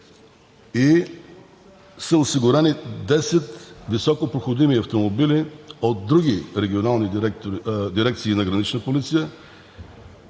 и са осигурени 10 високопроходими автомобила от други регионални дирекции на Гранична полиция.